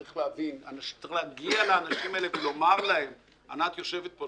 צריך להגיע לאנשים האלה ענת סרגוסטי